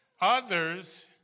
Others